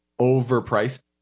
overpriced